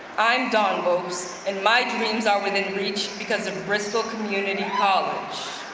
i'm dawn lopes and my dreams are within reach because of bristol community college.